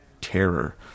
terror